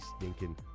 stinking